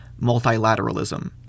multilateralism